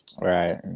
right